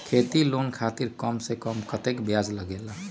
खेती लोन खातीर कम से कम कतेक ब्याज लगेला?